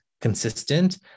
consistent